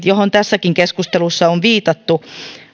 johon tässäkin keskustelussa on viitattu